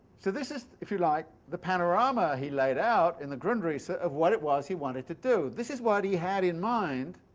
so this is, if you like, the panorama he laid out in the grundrisse ah of what it was he wanted to do. this is what he had in mind,